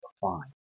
fine